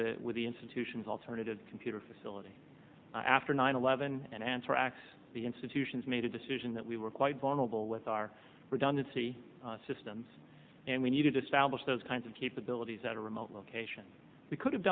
the with the institution's alternative computer facility after nine eleven and anthrax the institutions made a decision that we were quite vulnerable with our redundancy systems and we needed to establish those kinds of capabilities at a remote location we could have